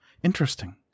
Interesting